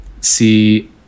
see